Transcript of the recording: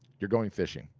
you're going fishing,